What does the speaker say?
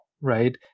right